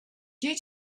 due